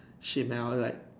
shit man I want like